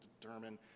determine